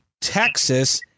Texas